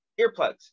earplugs